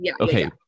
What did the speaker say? Okay